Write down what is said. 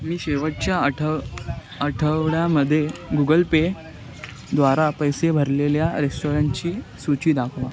मी शेवटच्या आठव आठवड्यामध्ये गुगल पेद्वारा पैसे भरलेल्या रेस्टॉरंटची सूची दाखवा